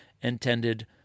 intended